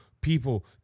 people